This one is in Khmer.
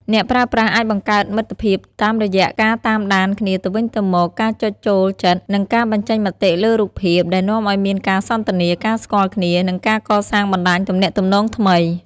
អ្នកប្រើប្រាស់អាចបង្កើតមិត្តភាពតាមរយៈការតាមដានគ្នាទៅវិញទៅមក ការចុចចូលចិត្ត និងការបញ្ចេញមតិលើរូបភាព ដែលនាំឱ្យមានការសន្ទនា ការស្គាល់គ្នា និងការកសាងបណ្ដាញទំនាក់ទំនងថ្មី។